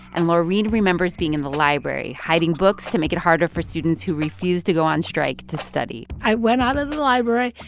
and laureen remembers being in the library, hiding books to make it harder for students who refused to go on strike to study i went out of the library,